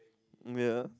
ya